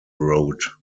road